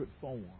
form